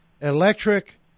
electric